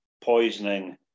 poisoning